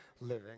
living